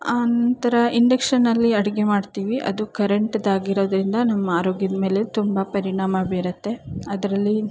ಆನಂತರ ಇಂಡಕ್ಷನ್ನಿನಲ್ಲಿ ಅಡುಗೆ ಮಾಡ್ತೀವಿ ಅದು ಕರೆಂಟ್ದಾಗಿರೋದ್ರಿಂದ ನಮ್ಮ ಆರೋಗ್ಯದಮೇಲೆ ತುಂಬ ಪರಿಣಾಮ ಬೀರುತ್ತೆ ಅದರಲ್ಲಿ